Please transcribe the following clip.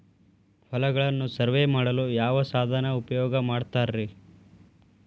ಹೊಲಗಳನ್ನು ಸರ್ವೇ ಮಾಡಲು ಯಾವ ಸಾಧನ ಉಪಯೋಗ ಮಾಡ್ತಾರ ರಿ?